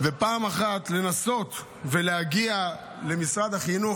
פעם אחת לנסות ולהגיע למשרד החינוך,